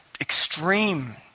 extreme